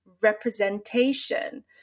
representation